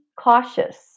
cautious